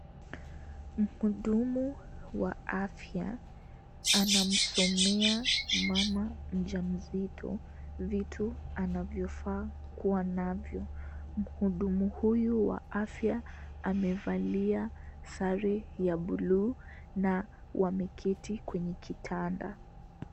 Mhudumu wa afya anamsomea mama mjamzito vitu anavyofaa kuwa navyo. Mhudumu huyu wa afya amevalia sare ya bluu na wameketi kwenye kitanda.